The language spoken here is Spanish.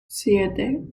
siete